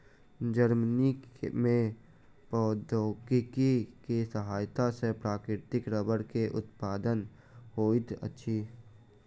Germany में प्रौद्योगिकी के सहायता सॅ प्राकृतिक रबड़ के उत्पादन होइत अछि